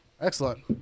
Excellent